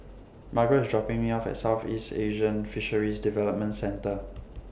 Margret IS dropping Me off At Southeast Asian Fisheries Development Centre